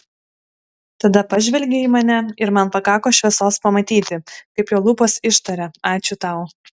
tada pažvelgė į mane ir man pakako šviesos pamatyti kaip jo lūpos ištaria ačiū tau